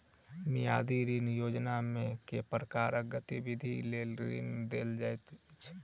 मियादी ऋण योजनामे केँ प्रकारक गतिविधि लेल ऋण देल जाइत अछि